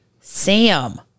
Sam